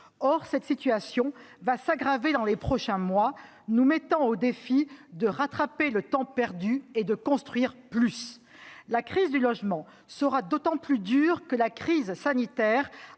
Or cette situation va s'aggraver dans les prochains mois, nous mettant au défi de rattraper le temps perdu et de construire plus. La crise du logement sera d'autant plus dure que la crise sanitaire